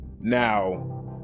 now